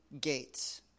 gates